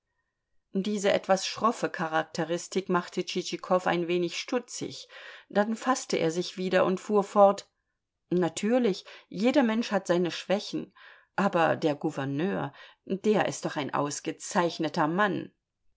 diese etwas schroffe charakteristik machte tschitschikow ein wenig stutzig dann faßte er sich wieder und fuhr fort natürlich jeder mensch hat seine schwächen aber der gouverneur der ist doch ein ausgezeichneter mann